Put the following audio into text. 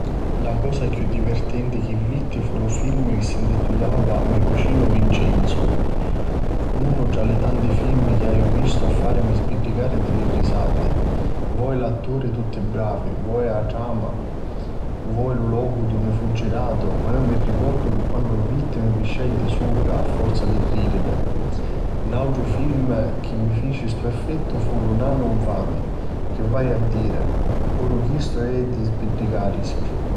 La cosa chiù divirtenti chi vitti fu lu filmi chi si ntitulava "Me cucinu Vicenzu", unu tra li tanti filmi chi haiu vistu a fàrimi sbiddicari di li risati, voi l'atturi tutti bravi, voi la trama, voi lu locu dunni fu giratu ma iu mi ricordu chi quannu mi lu vitti mi piasciai di supra a forza di ridiri. Nàutru filmi chi mi fici st'effettu fu "Lu Nanu nfami", chi vaiu a diri puru chistu di sbiddicarisi.